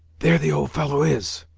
there the old fellow is!